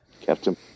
Captain